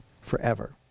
forever